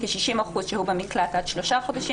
כ-60 אחוזים שהו במקלט עד שלושה חודשים